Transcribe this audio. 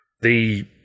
The